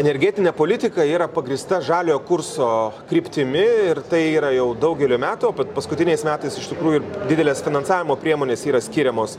energetinė politika yra pagrįsta žaliojo kurso kryptimi ir tai yra jau daugelį metų bet paskutiniais metais iš tikrųjų didelės finansavimo priemonės yra skiriamos